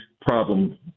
problem